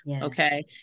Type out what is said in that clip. okay